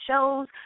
shows